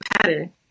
pattern